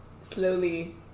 slowly